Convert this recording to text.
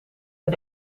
met